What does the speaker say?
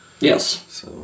Yes